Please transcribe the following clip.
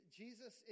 jesus